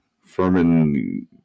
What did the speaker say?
Furman